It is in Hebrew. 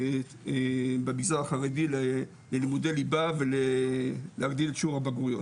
במגזר החרדי לימודי ליבה והגדיל את שיעור הבגרויות,